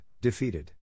defeated